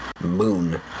moon